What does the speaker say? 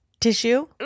tissue